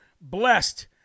blessed